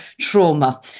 trauma